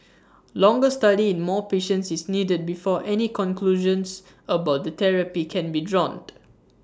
longer study in more patients is needed before any conclusions about the therapy can be drawn